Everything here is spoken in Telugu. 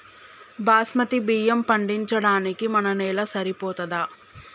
బాస్మతి బియ్యం పండించడానికి మన నేల సరిపోతదా?